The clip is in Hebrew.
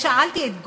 שאלתי את גורמי,